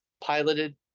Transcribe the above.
piloted